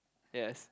yes